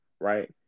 right